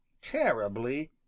terribly